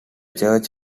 church